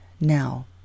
now